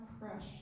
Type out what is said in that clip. crush